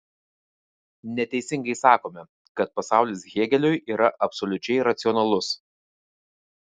neteisingai sakome kad pasaulis hėgeliui yra absoliučiai racionalus